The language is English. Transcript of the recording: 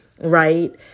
right